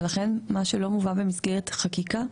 ולכן מה שלא מובא במסגרת החקיקה,